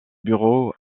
bureau